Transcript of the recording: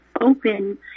open